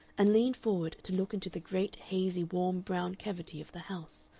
and leaned forward to look into the great hazy warm brown cavity of the house,